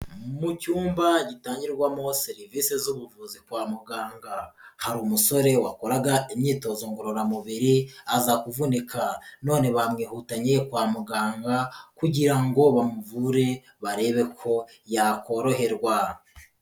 Mu cyumba gitangirwamoho serivisi z'ubuvuzi kwa muganga, hari umusore wakoraga imyitozo ngororamubiri aza kuvunika none bamwihuta kwa muganga kugira ngo bamuvure barebe ko yakoroherwa.